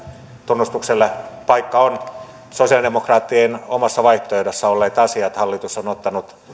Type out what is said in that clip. tunnustukselle paikka on sosialidemokraattien omassa vaihtoehdossa olleet asiat hallitus on ottanut